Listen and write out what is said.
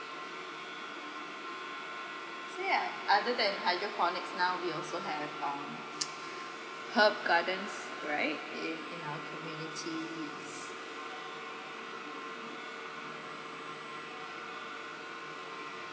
so ya other than hydroponics now we also have um herb gardens right in in our communities